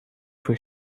for